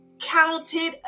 counted